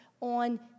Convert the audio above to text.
on